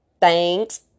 thanks